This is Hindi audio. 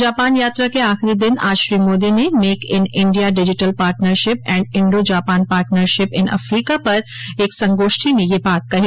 जापान यात्रा के आखिरी दिन आज श्री मोदी ने make in India digital partnership and Indo Japan partnership in Africa पर एक संगोष्ठी में ये बात कही